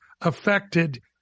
affected